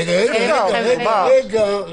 רגע.